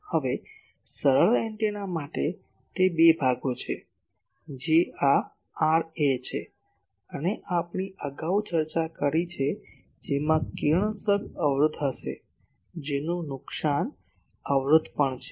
હવે સરળ એન્ટેના માટે તે બે ભાગો છે જે આ Ra છે જેની આપણે અગાઉ ચર્ચા કરી છે જેમાં કિરણોત્સર્ગ અવરોધ હશે જેનું નુકસાન અવરોધ પણ હશે